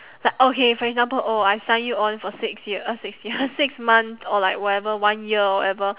like okay for example oh I sign you on for six years six years six month or like whatever one year whatever